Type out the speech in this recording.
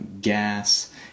gas